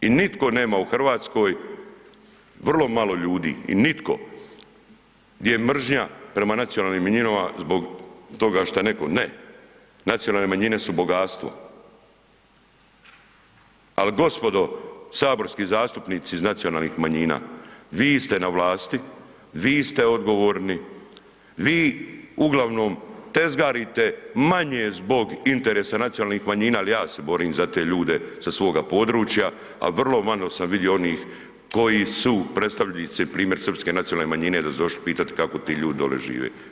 I nitko nema u Hrvatskoj, vrlo malo ljudi, i nitko gdje je mržnja prema nacionalnim manjinama zbog toga što je neko, ne, nacionalne manjine su bogatstvo ali gospodo saborski zastupnici iz nacionalnih manjina, vi ste na vlasti, vi ste odgovorni, vi uglavnom tezgarite manje zbog interesa nacionalnih manjina jer ja se borim za te ljude sa svoga područja a vrlo malo sam vidio onih koji su predstavnici npr. srpske nacionalne manjine da su došli pitat kako ti ljudi doli žive.